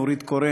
נורית קורן,